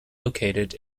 located